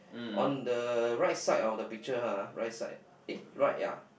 on the right side of the pictures ah right side eh right yea